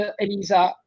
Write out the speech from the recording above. Elisa